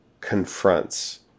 confronts